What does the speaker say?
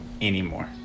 anymore